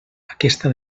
aquesta